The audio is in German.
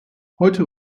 heute